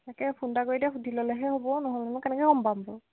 তাকে ফোন এটা কৰি এতিয়া সুধি ল'লেহে হ'ব নহ'লে নো কেনেকে গ'ম পাম বোলো